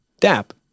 Dap